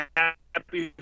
happy